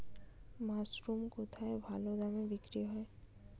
Mushroom কেথায় ভালোদামে বিক্রয় হয়?